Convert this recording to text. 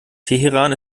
teheran